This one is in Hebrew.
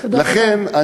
לכן,